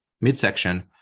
midsection